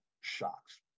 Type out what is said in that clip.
shocks